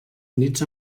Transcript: units